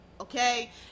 Okay